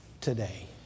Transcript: today